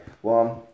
One